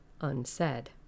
unsaid